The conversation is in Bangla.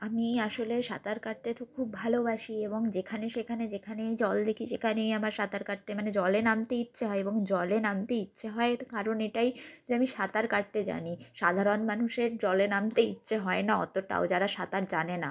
আমি আসলে সাঁতার কাটতে তো খুব ভালোবাসি এবং যেখানে সেখানে যেখানেই জল দেখি সেখানেই আমার সাঁতার কাটতে মানে জলে নামতে ইচ্ছে হয় এবং জলে নামতে ইচ্ছে হয় কারণ এটাই যে আমি সাঁতার কাটতে জানি সাধারণ মানুষের জলে নামতে ইচ্ছে হয় না অতটাও যারা সাঁতার জানে না